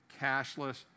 cashless